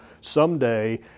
someday